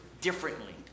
differently